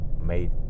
made